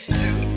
two